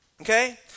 okay